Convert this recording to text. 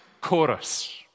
chorus